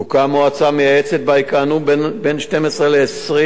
תוקם מועצה מייעצת שבה יכהנו בין 12 ל-20